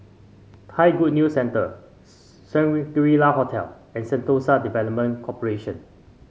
Thai Good News Centre Shangri La Hotel and Sentosa Development Corporation